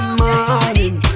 morning